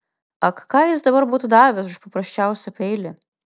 ak ką jis dabar būtų davęs už paprasčiausią peilį